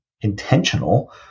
intentional